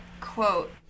quote